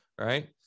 right